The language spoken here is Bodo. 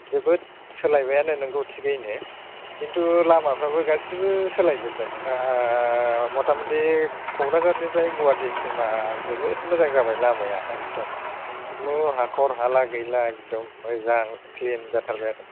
जोबोद सोलाइबायानो नंगौ टिगैनो किन्तु लामाफ्राबो गासिबो सोलायजोबबाय मथा मथि क'क्राझारनिफ्राय गुवाहाटिसिमा जोबोद मोजां जाबाय लामाया एकदम कुनु हाखर हाला गैला एकदम मोजां क्लिन जाथारबाय आरो